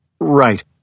Right